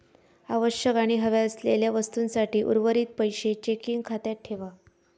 आवश्यक आणि हव्या असलेल्या वस्तूंसाठी उर्वरीत पैशे चेकिंग खात्यात ठेवा